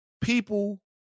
people